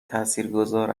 تاثیرگذار